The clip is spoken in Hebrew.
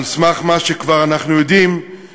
על סמך מה שכבר אנחנו יודעים,